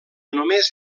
només